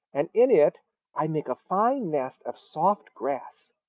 and in it i make a fine nest of soft grass.